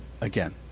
again